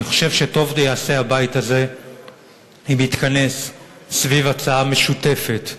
אני חושב שטוב יעשה הבית הזה אם יתכנס סביב הצעה משותפת,